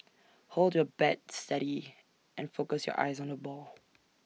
hold your bat steady and focus your eyes on the ball